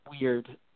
weird